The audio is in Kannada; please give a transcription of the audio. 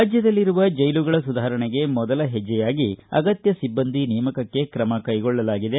ರಾಜ್ಯದಲ್ಲಿರುವ ಜೈಲುಗಳ ಸುಧಾರಣೆಗೆ ಮೊದಲ ಹೆಜ್ಜೆಯಾಗಿ ಅಗತ್ಯ ಸಿಬ್ಸಂದಿಗಳ ನೇಮಕಕ್ಕೆ ಕ್ರಮಕ್ಟೆಗೊಳ್ಳಲಾಗಿದೆ